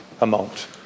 amount